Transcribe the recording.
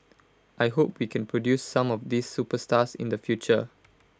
I hope we can produce some of these superstars in the future